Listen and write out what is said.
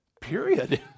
Period